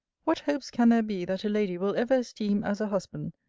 what hopes can there be, that a lady will ever esteem, as a husband,